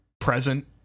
present